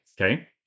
Okay